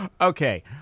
Okay